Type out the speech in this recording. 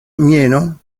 mieno